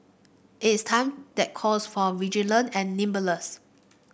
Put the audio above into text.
it's a time that calls for and nimbleness